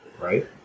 Right